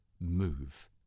Move